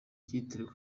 kitiriwe